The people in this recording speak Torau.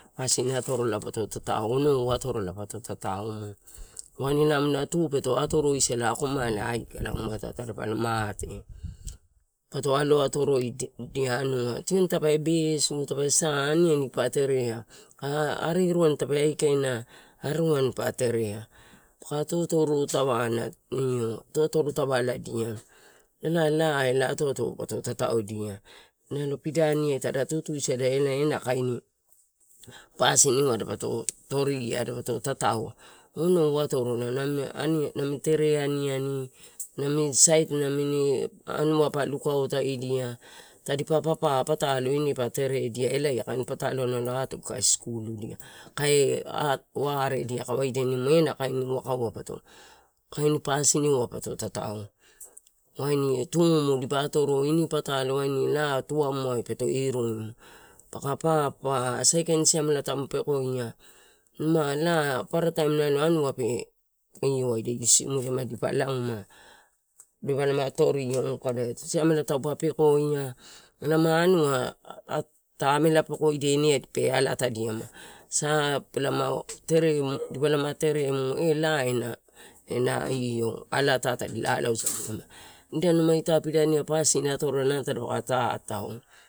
Pasin atorola pato tatau, onou atorola pato tatau waini amuna tu peto atoroisala akomala aikaia muatae tada palo mate. Pato aloatorodia anua, tioni tape besu tape sa aniani pa terea aka ariruani pa terea. Paka totoru tavana io totoru tavaladia elae laa atoato pato tataodia, nalo pidania tada tutusada ela ena kain pasin dapato toria, dapatotataoa onou atorola amini tere aniani, namini sait anua pa lukautodia tadi pa papa, pataio ine pa teredia elae kain pataio nala atugu kae sukuludia, kae waredia nimu ena kain uwakaua pata kain pasin iua pato tatao, waini tumu dipa atoro, ini pataio waini laa ini patalo tuamu peto iru, paka papaha, saikain siamela peko ia ma laa paparataim anua pe io waida iusimudia dipa lauma torio mu kada, siamela taupa pekoia elae ma anua ta amela pekoidia ine ai pe alatadiama sa e lama teremu, diapalama teremu e laa ena alatae tadi lalauma sadia, nida numa ita pidaniai pasin atorola nalo dapaka tatau.